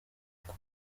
kuva